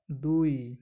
ଦୁଇ